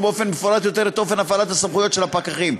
באופן מפורט יותר את אופן הפעלת הסמכויות של הפקחים.